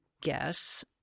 guess